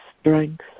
strength